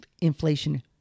inflation